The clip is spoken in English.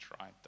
right